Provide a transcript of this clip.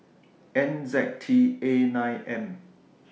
N Z T A nine M